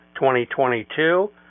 2022